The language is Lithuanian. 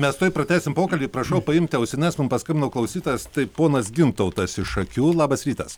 mes tuoj pratęsim pokalbį prašau paimti ausines mum paskambino klausytojas tai ponas gintautas iš šakių labas rytas